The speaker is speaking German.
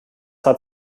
hat